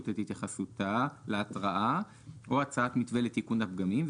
את התייחסותה להתראה או הצעת מתווה לתיקון הפגמים,